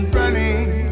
running